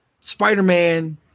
Spider-Man